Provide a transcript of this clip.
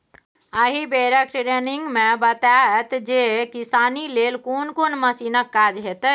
एहि बेरक टिरेनिंग मे बताएत जे किसानी लेल कोन कोन मशीनक काज हेतै